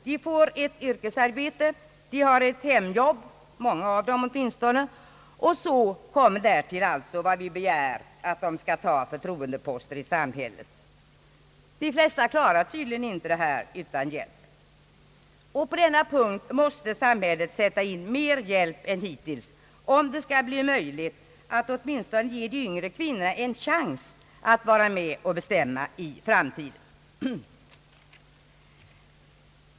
De har ett yrkesarbete, de har ett hemjobb — många av dem åtminstone — och därtill kommer de förtroendeposter i samhället som vi begär att de skall ta. De flesta kvinnor klarar tydligen inte detta utan hjälp. På denna punkt måste samhället sätta in större insatser än hittills, om det skall bli möjligt att åtminstone ge de yngre kvinnorna en chans att vara med och bestämma i framtiden.